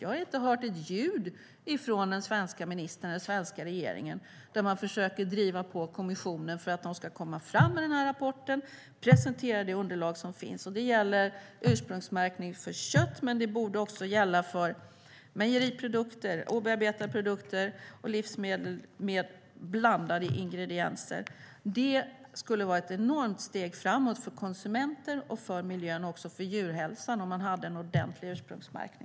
Jag har inte hört ett ljud från den svenska ministern och den svenska regeringen om att man försöker driva på kommissionen för att de ska komma fram med rapporten och presentera det underlag som finns. Det gäller ursprungsmärkning för kött, men det borde gälla också mejeriprodukter, obearbetade produkter och livsmedel med blandade ingredienser. Om man hade en ordentlig ursprungsmärkning skulle det vara ett enormt steg framåt för konsumenter och för miljön och också för djurhälsan.